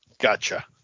Gotcha